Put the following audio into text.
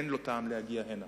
אין טעם שהוא יגיע הנה.